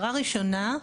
הערה ראשונה,